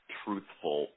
truthful